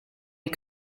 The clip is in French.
les